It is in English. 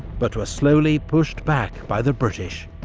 but were slowly pushed back by the british.